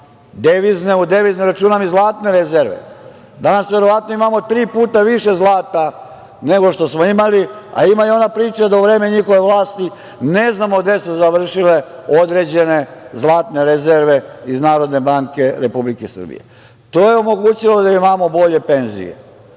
rasle, u devizne računam i zlatne rezerve. Danas verovatno imamo tri puta više zlata, nego što smo imali, a ima i ona priča da u vreme njihove vlasti, ne znamo gde su završile određene zlatne rezerve iz Narodne banke Republike Srbije i to je omogućilo da imamo bolje penzije,